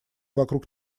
вокруг